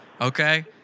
Okay